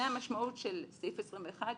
זו המשמעות של סעיף 21,